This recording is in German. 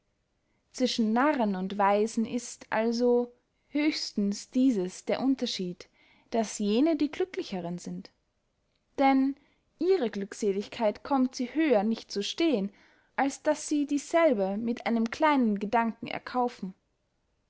zwischen narren und weisen ist also höhstens dieses der unterschied daß jene die glücklichern sind denn ihre glückseligkeit kömmt sie höher nicht zu stehen als daß sie dieselbe mit einem kleinen gedanken erkaufen